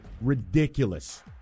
ridiculous